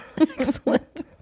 excellent